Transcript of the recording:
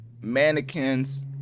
mannequins